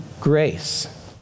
grace